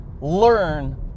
learn